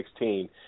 2016